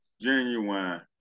Genuine